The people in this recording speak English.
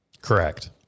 Correct